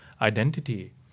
identity